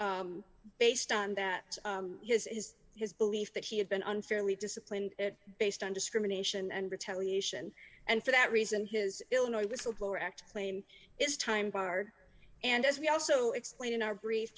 based on that his is his belief that he had been unfairly disciplined based on discrimination and retaliation and for that reason his illinois whistleblower act claimed it's time bar and as we also explained in our brief